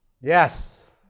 Yes